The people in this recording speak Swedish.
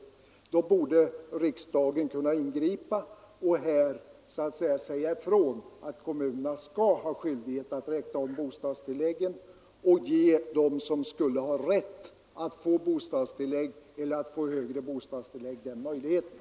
Riksdagen borde kunna ingripa och säga ifrån att kommunerna skall ha skyldighet att räkna om bostadstilläggen så att alla som har rätt därtill får sådana och så att alla som redan har bostadsbidrag får ett högre belopp.